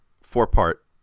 four-part